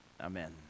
Amen